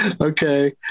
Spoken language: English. Okay